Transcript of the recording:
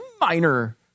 minor